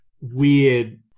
weird